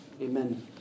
amen